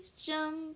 jump